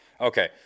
Okay